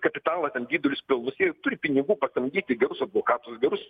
kapitalą ten didelius pelnus jie turi pinigų pasamdyti gerus advokatus gerus